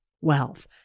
wealth